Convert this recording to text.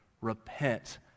Repent